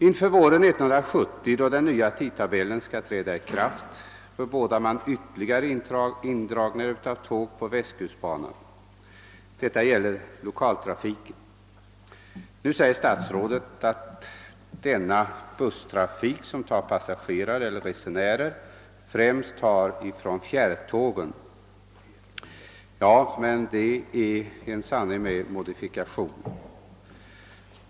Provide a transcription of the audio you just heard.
Inför våren 1970 då den nya tidtabellen skall träda i kraft bebådar man ytterligare indragning av tågen på västkustbanan. Detta gäller lokaltrafiken. Nu säger statsrådet att denna busstrafik tar passagerare främst från fjärrtågen. Ja, men detta är en sanning med modifikation.